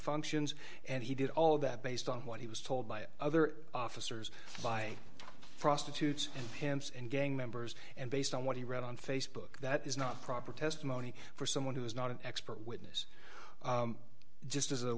functions and he did all of that based on what he was told by other officers by prostitutes and hints and gang members and based on what he wrote on facebook that is not proper testimony for someone who is not an expert witness just as